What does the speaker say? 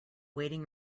waiting